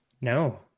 No